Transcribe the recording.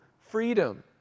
freedom